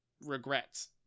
regrets